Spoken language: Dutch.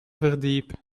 verdiep